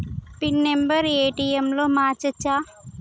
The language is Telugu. పిన్ నెంబరు ఏ.టి.ఎమ్ లో మార్చచ్చా?